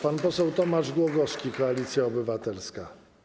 Pan poseł Tomasz Głogowski, Koalicja Obywatelska.